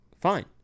fine